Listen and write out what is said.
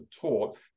taught